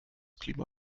klima